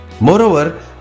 Moreover